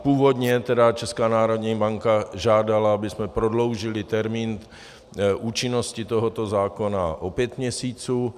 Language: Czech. Původně Česká národní banka žádala, abychom prodloužili termín účinnosti tohoto zákona o pět měsíců.